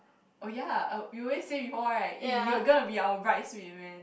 oh ya you always say before right eh you are gonna be our bridesmaid man